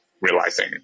realizing